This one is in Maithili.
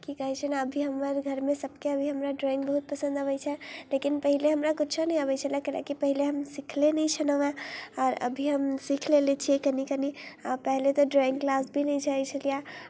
की कहै छै ने आब भी हमर घरमे सभके अभी हमरा ड्रॉइंग बहुत पसन्द अबै छै लेकिन पहिले हमरा किछो नहि अबै छलै कै ला कि पहिले हम सिखने नहि छलहुँ हेँ आओर अभी हम सीख लेने छियै कनी कनी आ पहिले तऽ ड्रॉइंग क्लास भी नहि जाइ छलियै हेँ